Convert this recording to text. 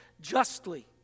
justly